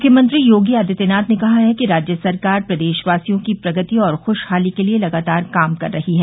मुख्यमंत्री योगी आदित्यनाथ ने कहा है कि राज्य सरकार प्रदेशवासियों की प्रगति और खुशहाली के लिए लगातार काम कर रही है